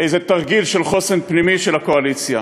איזה תרגיל של חוסן פנימי של הקואליציה.